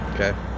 Okay